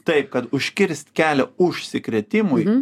taip kad užkirst kelią užsikrėtimui